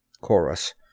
Chorus